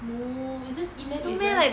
no it's just E math is just